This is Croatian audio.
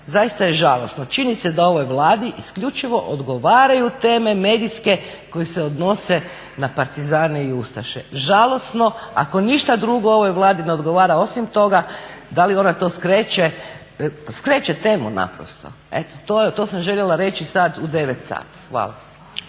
zaista je žalosno čini se da ovoj Vladi isključivo odgovaraju teme medijske koje se odnose na partizane i ustaše. Žalosno ako ništa drugo ovoj Vladi ne odgovara osim toga da li ona to skreće, skreće temu naprosto eto. To sam željela reći sada u 9 sati.